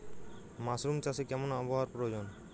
Mushroom চাষে কেমন আবহাওয়ার প্রয়োজন?